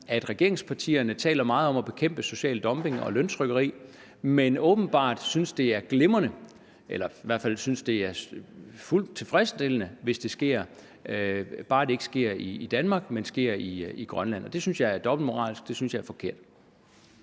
at regeringspartierne taler meget om at bekæmpe social dumping og løntrykkeri, men åbenbart synes, det er glimrende, eller i hvert fald synes, det er fuldt tilfredsstillende, hvis det sker i Grønland, bare det ikke sker i Danmark. Det synes jeg er dobbeltmoralsk, og det synes jeg er forkert.